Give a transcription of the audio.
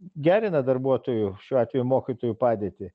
gerina darbuotojų šiuo atveju mokytojų padėtį